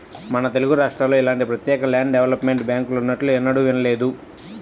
మన తెలుగురాష్ట్రాల్లో ఇలాంటి ప్రత్యేక ల్యాండ్ డెవలప్మెంట్ బ్యాంకులున్నట్లు ఎప్పుడూ వినలేదు